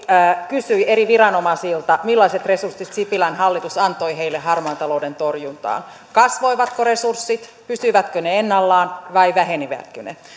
kysyi eri viranomaisilta millaiset resurssit sipilän hallitus antoi heille harmaan talouden torjuntaan kasvoivatko resurssit pysyivätkö ne ennallaan vai vähenivätkö ne